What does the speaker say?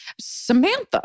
Samantha